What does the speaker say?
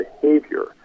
behavior